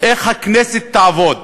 איך הכנסת תעבוד,